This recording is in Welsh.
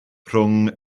rhwng